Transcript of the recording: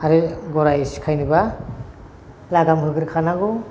आरो गराय सिखायनोब्ला लागाम होग्रोखानांगौ